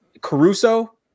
Caruso